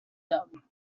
them